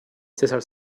cesar